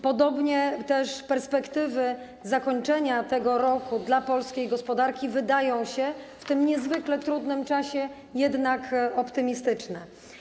Podobnie perspektywy zakończenia tego roku dla polskiej gospodarki wydają się w tym niezwykle trudnym czasie jednak optymistyczne.